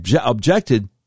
objected